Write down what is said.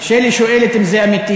שלי שואלת אם זה אמיתי,